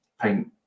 paint